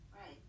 right